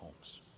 homes